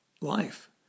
life